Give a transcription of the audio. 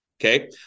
Okay